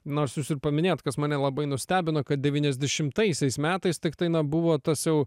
nors jūs ir paminėjot kas mane labai nustebino kad devyniasdešimtaisiais metais tiktai na buvo tas jau